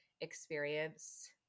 experience